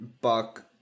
Buck